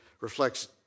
reflects